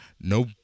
no